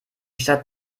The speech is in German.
stadt